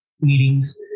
meetings